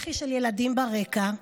בכי של ילדים ברקע,